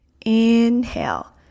Inhale